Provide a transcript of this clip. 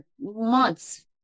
months